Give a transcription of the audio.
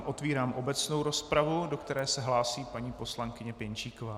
Otevírám obecnou rozpravu, do které se hlásí paní poslankyně Pěnčíková.